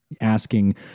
asking